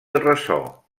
ressò